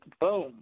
boom